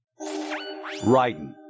Raiden